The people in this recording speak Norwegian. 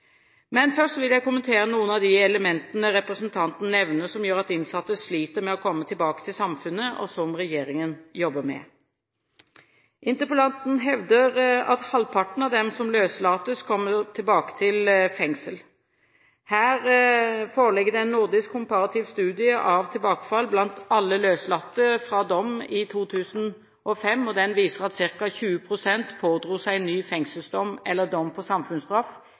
Men først vil jeg kommentere noen av de elementene representanten nevner, som gjør at innsatte sliter med å komme tilbake til samfunnet, og som regjeringen jobber med. Interpellanten hevder at halvparten av dem som løslates, kommer tilbake til fengsel. Her foreligger det en nordisk komparativ studie av tilbakefall blant alle løslatte, fra dom i 2005, som viste at ca. 20 pst. pådro seg ny fengselsdom eller dom på samfunnsstraff